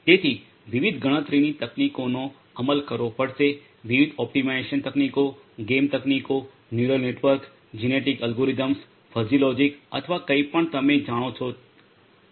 તેથી વિવિધ ગણતરીની તકનીકોનો અમલ કરવો પડશે વિવિધ ઓપ્ટિમાઇઝેશન તકનીકો ગેમ તકનીકીઓ neural network genetic algorithms fuzzy logic અથવા કંઈપણ તમે જાણો છો તે